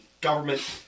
government